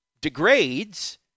degrades